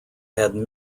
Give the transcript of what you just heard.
had